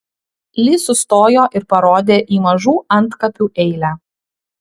li sustojo ir parodė į mažų antkapių eilę